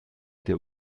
der